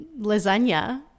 lasagna